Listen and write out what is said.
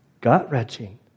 gut-wrenching